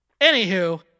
Anywho